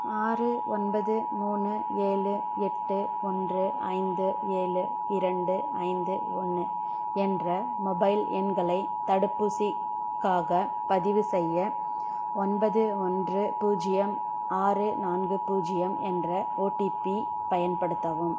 ஆறு ஒன்பது மூணு ஏழு எட்டு ஓன்று ஐந்து ஏழு இரண்டு ஐந்து ஓன்று என்ற மொபைல் எண்களை தடுப்பூசிக்காகப் பதிவுசெய்ய ஒன்பது ஓன்று பூஜ்ஜியம் ஆறு நான்கு பூஜ்ஜியம் என்ற ஓடிபி பயன்படுத்தவும்